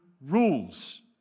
rules